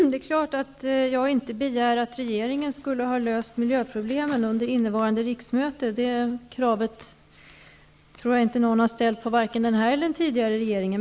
Fru talman! Jag begär inte att regeringen skall ha löst miljöproblemen under innevarande riksmöte. Det kravet tror jag inte någon har ställt på vare sig denna eller den tidigare regeringen.